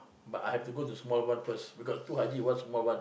but I have to go to small one first got two haji one small one